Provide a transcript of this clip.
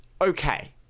okay